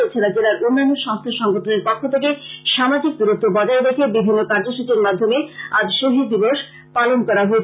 এছাড়া জেলার অন্যান্য সংস্থা সংগঠনের পক্ষ থেকে সামাজিক দূরত্ব বজায় রেখে বিভিন্ন কার্যসূচীর মাধ্যমে আজ শহীদ দিবস পালন করা হয়েছে